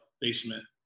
basement